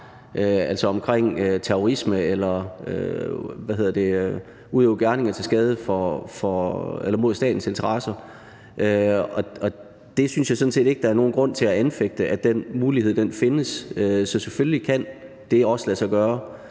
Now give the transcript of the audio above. med terrorisme, eller hvis man har udøvet gerninger mod statens interesser. Jeg synes sådan set ikke, at der er nogen grund til at anfægte, at den mulighed findes. Så selvfølgelig kan det også lade sig gøre.